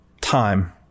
Time